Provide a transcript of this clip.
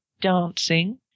Dancing